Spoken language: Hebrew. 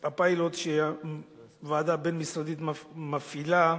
שהוועדה הבין-משרדית מפעילה,